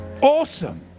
awesome